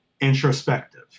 introspective